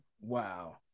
Wow